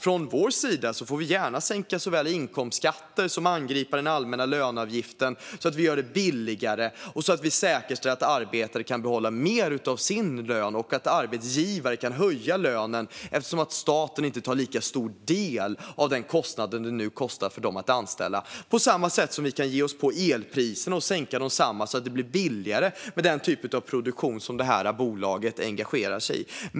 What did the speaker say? Från vår sida sett får man gärna såväl sänka inkomstskatter som angripa den allmänna löneavgiften så att man gör det billigare och kan säkerställa att arbetare kan behålla mer av sin lön och att arbetsgivare kan höja lönen eftersom staten inte tar en lika stor del av den kostnad de nu har för att anställa. På samma sätt kan vi ge oss på elpriserna och sänka desamma så att det blir billigare med den typ av produktion som det här bolaget engagerar sig i.